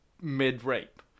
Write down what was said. mid-rape